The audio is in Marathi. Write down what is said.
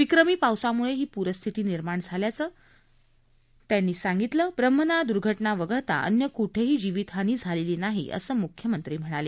विक्रमी पावसाम्ळे ही प्रस्थिती निर्माण झाल्याचं ब्रह्मनाळ द्र्घटना वगळता अन्य क्ठेही जीवितहानी झालेली नाही असं म्ख्यमंत्री म्हणाले